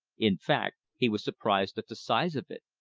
in fact he was surprised at the size of it.